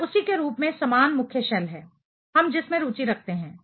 यह उसी के रूप में समान मुख्य शेल है हम जिसमें रुचि रखते हैं